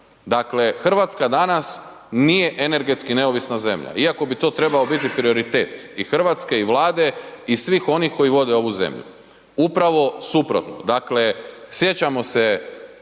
Dakle Hrvatska danas nije energetski neovisna zemlja iako bi to trebao biti prioritet i Hrvatske i Vlade i svih onih koji vode ovu zemlju, upravo suprotno. Dakle sjećamo